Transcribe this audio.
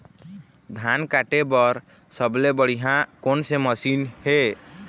धान काटे बर सबले बढ़िया कोन से मशीन हे?